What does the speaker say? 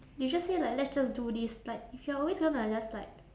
you just say like let's just do this like if you're always gonna just like